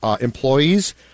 employees